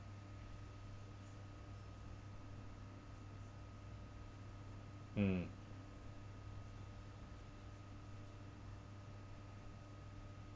mm